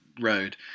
road